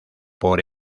por